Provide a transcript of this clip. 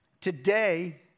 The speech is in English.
Today